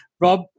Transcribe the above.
Rob